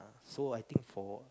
so I think for